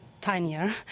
tinier